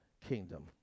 kingdom